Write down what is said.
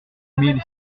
mille